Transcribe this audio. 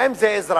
האם זה ישראבלוף?